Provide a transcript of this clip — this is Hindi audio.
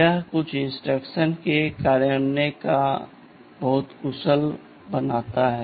यह कुछ इंस्ट्रक्शंस के कार्यान्वयन को बहुत कुशल बनाता है